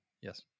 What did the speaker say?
Yes